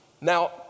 now